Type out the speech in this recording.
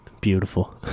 Beautiful